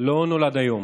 לא נולד היום.